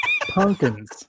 Pumpkins